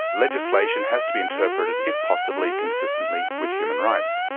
legislation has to be interpreted, if possibly, consistently with human rights.